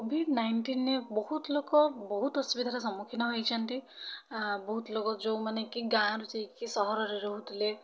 Covid nineteen ରେ ବହୁତ ଲୋକ ବହୁତ ଅସୁବିଧାର ସମ୍ମୁଖୀନ ହୋଇଛନ୍ତି ବହୁତ ଲୋକ ଯୋଉମାନେ କି ଗାଁ'ରୁ ଯାଇକି ସହରରେ ରହୁଥିଲେ